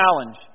Challenge